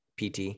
PT